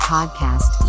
Podcast